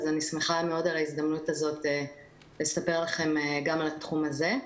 אז אני שמחה על ההזדמנות הזאת לספר לכם גם על התחום הזה.